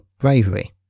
bravery